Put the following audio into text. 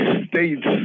states